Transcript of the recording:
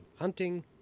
hunting